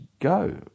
go